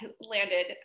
landed